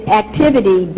activity